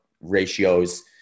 ratios